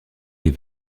les